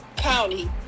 County